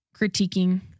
critiquing